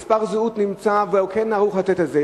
מספר הזהות נמצא, והוא כן ערוך לתת את זה.